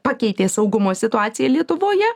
pakeitė saugumo situaciją lietuvoje